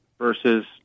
versus